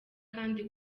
kandi